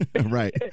Right